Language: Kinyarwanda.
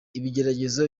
ibigeragezo